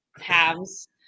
halves